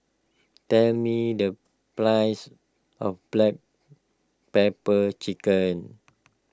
tell me the price of Black Pepper Chicken